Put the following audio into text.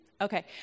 Okay